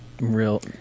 Real